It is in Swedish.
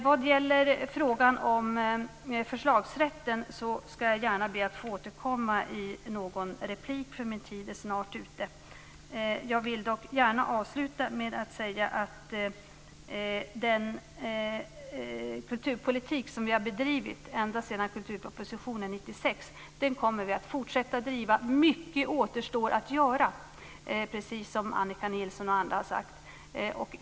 Jag ber att få återkomma med frågan om förslagsrätten i någon replik. Min talartid är nämligen snart ute. Jag vill dock gärna avsluta med att säga att vi kommer att fortsätta att driva den kulturpolitik som vi har bedrivit ända sedan kulturpropositionen 1996. Mycket återstår att göra, precis som Annika Nilsson och andra har sagt.